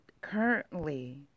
currently